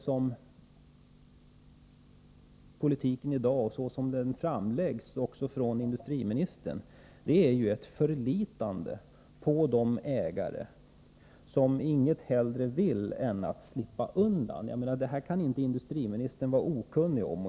Mycket av politiken i dag, såsom den framläggs också av industriministern, innebär ju ett förlitande på de ägare som inget hellre vill än att slippa undan. Detta kan industriministern inte vara okunnig om.